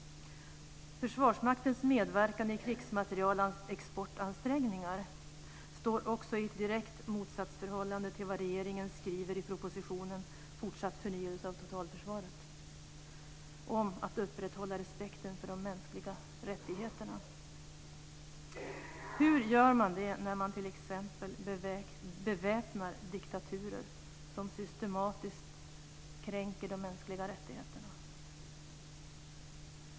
Försvarsmaktens medverkan i krigsmaterielexportansträngningar står också i ett direkt motsatsförhållande till vad regeringen skriver i propositionen Fortsatt förnyelse av totalförsvaret om att upprätthålla respekten för de mänskliga rättigheterna. Hur gör man det när man t.ex. beväpnar diktaturer som systematiskt kränker de mänskliga rättigheterna?